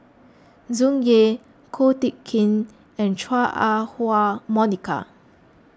Tsung Yeh Ko Teck Kin and Chua Ah Huwa Monica